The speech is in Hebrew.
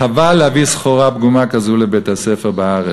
חבל להביא סחורה פגומה כזו לבית-הספר בארץ.